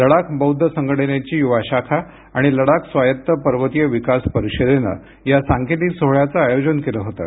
लडाख बौद्ध संघटनेची युवा शाखा आणि लडाख स्वायत्त पर्वतीय विकास परिषदेनं या सांकेतिक सोहळ्याचं आयोजन केलं होतं